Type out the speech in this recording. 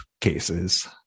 cases